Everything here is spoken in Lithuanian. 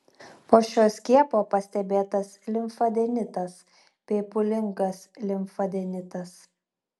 po šio skiepo pastebėtas limfadenitas bei pūlingas limfadenitas